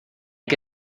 que